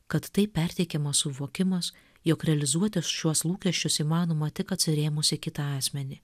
kad taip perteikiamas suvokimas jog realizuotis šiuos lūkesčius įmanoma tik atsirėmus į kitą asmenį